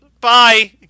Bye